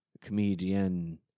comedian